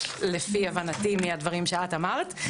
לפי הבנתי מהדברים שאת אמרת,